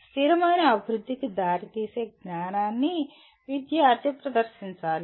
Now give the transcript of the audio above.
స్థిరమైన అభివృద్ధికి దారితీసే జ్ఞానాన్ని విద్యార్థి ప్రదర్శించాలి